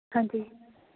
ਹਾਂਜੀ